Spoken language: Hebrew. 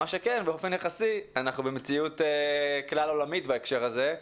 באופן יחסי, אנחנו במציאות כלל עולמית בהקשר הזה.